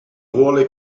vuole